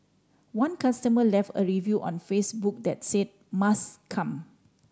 one customer left a review on Facebook that said must come